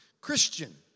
Christian